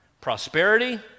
Prosperity